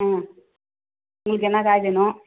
ம் உங்களுக்கு என்ன காய் வேணும்